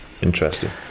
Interesting